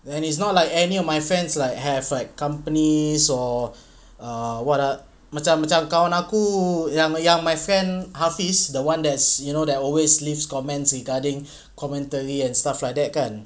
and he's not like any of my friends like have like companies or err what ah macam macam kau dan aku yang yang my friend hafiz the one that's you know that always leaves comments regarding commentary and stuff like that kan